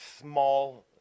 small